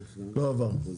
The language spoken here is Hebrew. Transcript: לא עבר.